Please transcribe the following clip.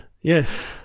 Yes